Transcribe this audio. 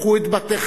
קחו את בתיכם,